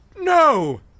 No